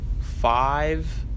five